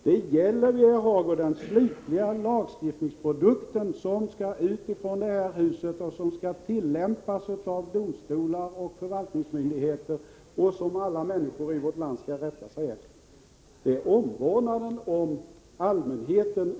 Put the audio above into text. Det gäller, Birger Hagård, den slutliga lagstiftningsprodukten, som skall ut från detta hus och tillämpas av domstolar och förvaltningsmyndigheter och som alla människor i vårt land skall rätta sig efter. Det gäller ytterst omvårdnaden om allmänheten.